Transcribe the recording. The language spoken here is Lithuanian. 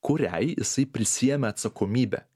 kuriai jisai prisiėmė atsakomybę